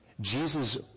Jesus